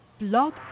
Blog